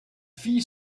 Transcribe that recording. fille